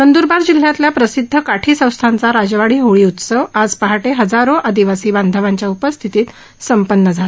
नंदुरबार जिल्ह्यातला प्रसिदध काठी संस्थानचा राजवाडी होळी उत्सव आज पहाटे हजारो आदिवासी बांधवांच्या उपस्थितीत संप्पन झाला